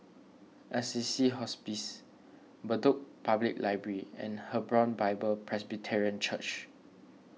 Assisi Hospice Bedok Public Library and Hebron Bible Presbyterian Church